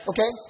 Okay